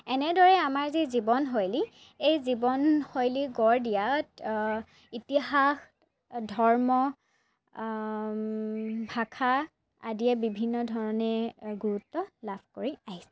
এনেদৰে আমাৰ যি জীৱনশৈলী এই জীৱনশৈলী গঢ় দিয়াত ইতিহাস ধৰ্ম ভাষা আদিয়ে বিভিন্ন ধৰণে গুৰুত্ব লাভ কৰি আহিছে